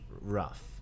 rough